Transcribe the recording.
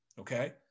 Okay